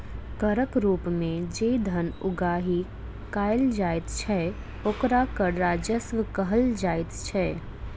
करक रूप मे जे धन उगाही कयल जाइत छै, ओकरा कर राजस्व कहल जाइत छै